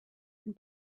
and